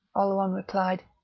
oleron replied,